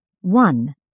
One